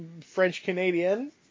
French-Canadian